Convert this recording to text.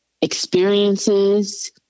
experiences